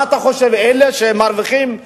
מה אתה חושב, אלה שמרוויחים מיליונים,